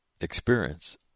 experience